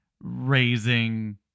raising